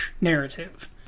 narrative